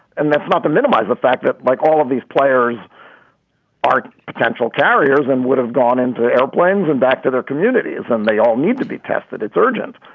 and that's not to minimize the fact that like all of these players are potential carriers and would have gone into airplanes and back to their communities and they all need to be tested. it's urgent.